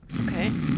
okay